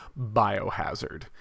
Biohazard